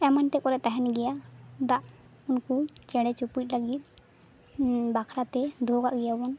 ᱮᱢᱟᱱ ᱛᱮᱫ ᱠᱚᱨᱮ ᱛᱟᱦᱮᱱ ᱜᱮᱭᱟ ᱫᱟᱜ ᱩᱱᱠᱩ ᱪᱮᱬᱮ ᱪᱩᱯᱲᱤᱜ ᱞᱟᱹᱜᱤᱫ ᱵᱟᱠᱷᱨᱟ ᱛᱮ ᱫᱚᱦᱚ ᱠᱟᱜ ᱜᱮᱭᱟ ᱵᱚᱱ